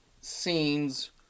scenes